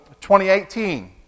2018